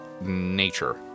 nature